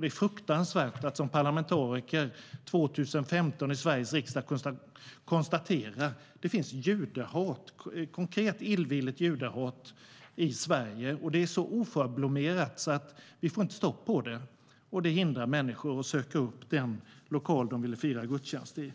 Det är fruktansvärt att som parlamentariker i Sveriges riksdag år 2015 behöva konstatera att det finns ett judehat, ett konkret illvilligt judehat, i Sverige. Det är så oförblommerat att vi inte får stopp på det. Det hindrar människor att söka upp den lokal de vill fira gudstjänst i.